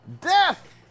Death